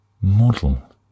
Model